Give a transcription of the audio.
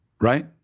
right